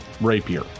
rapier